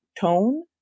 tone